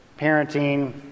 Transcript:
parenting